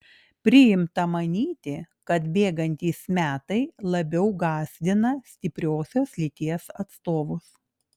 priimta manyti kad bėgantys metai labiau gąsdina stipriosios lyties atstovus